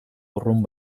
urrun